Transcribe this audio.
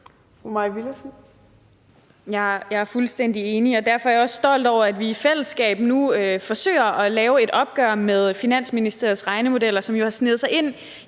Jeg er fuldstændig enig, og derfor er jeg også stolt over, at vi i fællesskab nu forsøger at lave et opgør med Finansministeriets regnemodeller, som jo har sneget sig ind